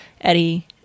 Eddie